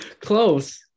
close